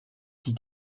die